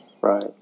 Right